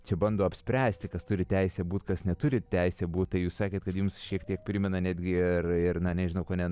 čia bando apspręsti kas turi teisę būt kas neturi teisę būt tai jūs sakėt kad jums šiek tiek primena netgi ir ir na nežinau ko ne